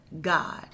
God